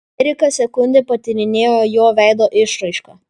erika sekundę patyrinėjo jo veido išraišką